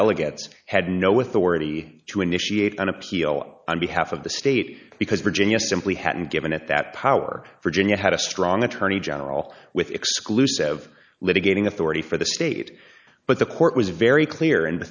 delegates had no with already to initiate an appeal on behalf of the state because virginia simply hadn't given it that power virginia had a strong attorney general with exclusive litigating authority for the state but the court was very clear and